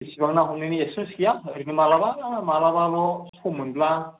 इसिबां ना हमनायनि इक्सपिरेन्स गैया ओरैनो मालाबा मालाबाल' सम मोनब्ला